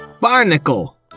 Barnacle